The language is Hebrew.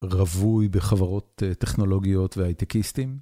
רווי בחברות טכנולוגיות והייטקיסטים.